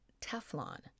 Teflon